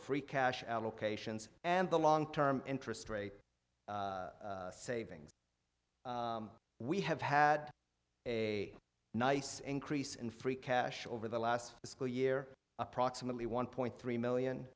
free cash allocations and the long term interest rate savings we have had a nice increase in free cash over the last school year approximately one point three million